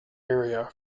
area